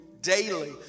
daily